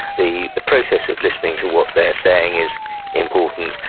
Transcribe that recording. the the process of listening to what they're saying is important,